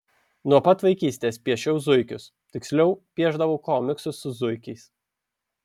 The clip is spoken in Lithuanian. nuo pat vaikystės piešiau zuikius tiksliau piešdavau komiksus su zuikiais